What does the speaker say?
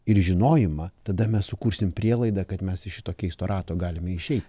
ir žinojimą tada mes sukursim prielaidą kad mes iš šito keisto rato galime išeiti